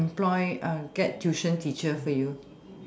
employ uh get tuition teacher for you